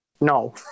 No